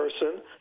person